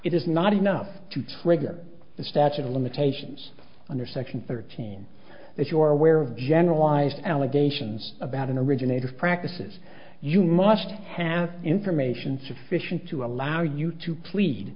it is not enough to trigger the statute of limitations under section thirteen that you are aware of generalized allegations about an originator of practices you must have information sufficient to allow you to plead